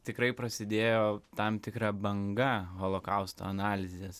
tikrai prasidėjo tam tikra banga holokausto analizės